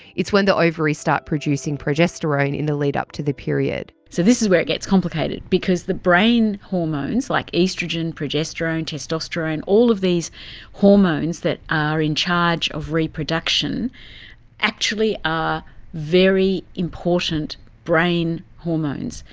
it's when the ovaries start producing progesterone in the lead up to the period. so this is where it gets complicated because the brain hormones, like oestrogen, progesterone, testosterone, all of these hormones that are in charge of reproduction actually are very important brain hormones.